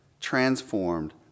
transformed